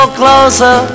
closer